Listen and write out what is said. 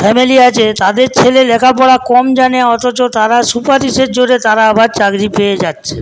family আছে তাদের ছেলে লেখাপড়া কম জানে অথচ তারা সুপারিশের জোরে তারা আবার চাকরি পেয়ে যাচ্ছে